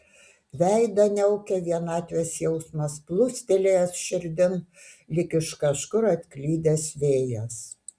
veidą niaukė vienatvės jausmas plūstelėjęs širdin lyg iš kažkur atklydęs vėjas